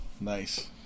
Nice